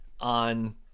on